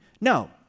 No